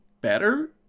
better